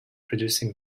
producing